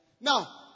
Now